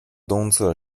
东侧